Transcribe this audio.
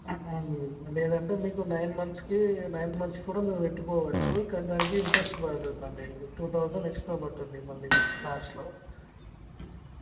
లేదంటే మీకు నైన్ మంత్స్కి నైన్ మంత్స్కి కూడా మీరు పెట్టుకోవచ్చు కానీ దానికి ఇంట్రస్ట్ పడుతుందండి టూ థౌసండ్ ఎక్స్ట్రా పట్టుద్ది మళ్ళీ మీకు లాస్ట్లో